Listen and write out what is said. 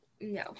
No